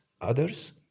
others